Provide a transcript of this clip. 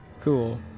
cool